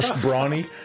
Brawny